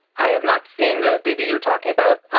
i have not seen the data you're talking about.